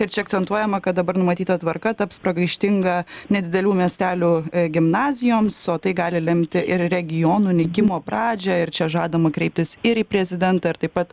ir čia akcentuojama kad dabar numatyta tvarka taps pragaištinga nedidelių miestelių gimnazijoms o tai gali lemti ir regionų nykimo pradžią ir čia žadama kreiptis ir į prezidentą ir taip pat